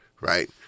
right